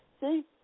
See